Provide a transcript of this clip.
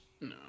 No